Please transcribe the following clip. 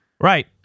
Right